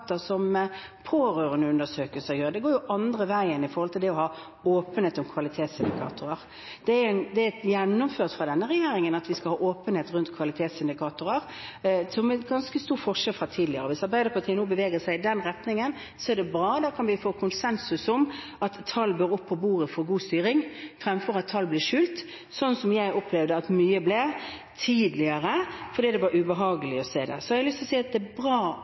som pårørendeundersøkelser har. Det går jo andre veien med tanke på det å ha åpenhet om kvalitetsindikatorer. Det er gjennomført fra denne regjeringen at vi skal ha åpenhet rundt kvalitetsindikatorer, som er en ganske stor forskjell fra tidligere. Hvis Arbeiderpartiet nå beveger seg i den retningen, er det bra. Da kan vi få konsensus om at tall bør på bordet for god styring, fremfor at tall blir skjult, sånn som jeg opplevde at mye ble tidligere fordi det var ubehagelig å se det. Så har jeg lyst til å si at det er bra